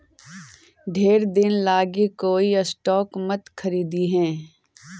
ढेर दिन लागी कोई स्टॉक मत खारीदिहें